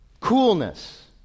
Coolness